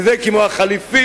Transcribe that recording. וזה כמו החליפים,